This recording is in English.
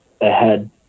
ahead